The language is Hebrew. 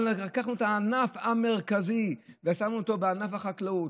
אבל לקחנו את הענף המרכזי ושמנו אותו בענף החקלאות.